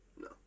No